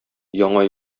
яңа